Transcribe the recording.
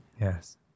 Yes